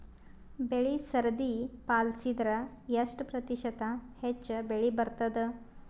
ಬೆಳಿ ಸರದಿ ಪಾಲಸಿದರ ಎಷ್ಟ ಪ್ರತಿಶತ ಹೆಚ್ಚ ಬೆಳಿ ಬರತದ?